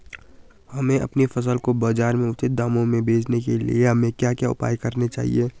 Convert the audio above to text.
हमें अपनी फसल को बाज़ार में उचित दामों में बेचने के लिए हमें क्या क्या उपाय करने चाहिए?